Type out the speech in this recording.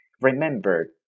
Remember